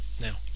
now